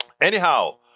Anyhow